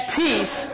peace